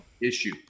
issue